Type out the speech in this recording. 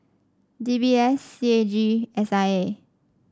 D B S C A G and S I A